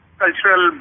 cultural